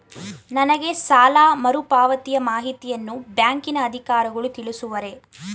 ನನಗೆ ಸಾಲ ಮರುಪಾವತಿಯ ಮಾಹಿತಿಯನ್ನು ಬ್ಯಾಂಕಿನ ಅಧಿಕಾರಿಗಳು ತಿಳಿಸುವರೇ?